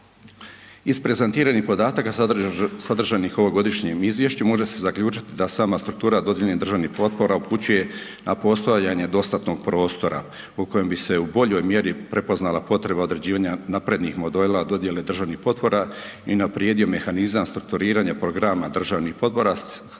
Iz prezentiranih podataka sadržanih u ovom godišnjem izvješću, može se zaključiti da sama struktura dodijeljenih državnih potpora upućuje na postojanje dostatnog prostora u kojem bi se u boljoj mjeri prepoznala potreba određivanja naprednih modela dodjele državnih potpora i unaprijedio mehanizam strukturiranja programa državnih potpora